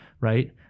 right